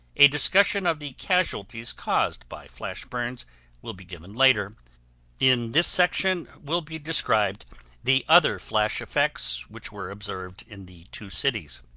a discussion of the casualties caused by flash burns will be given later in this section will be described the other flash effects which were observed in the two cities.